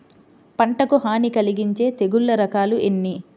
పంటకు హాని కలిగించే తెగుళ్ల రకాలు ఎన్ని?